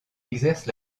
exerce